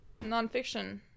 nonfiction